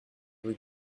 rue